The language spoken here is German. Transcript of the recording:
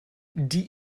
die